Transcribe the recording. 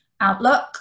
outlook